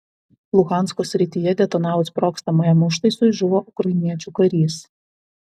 luhansko srityje detonavus sprogstamajam užtaisui žuvo ukrainiečių karys